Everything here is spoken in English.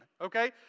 okay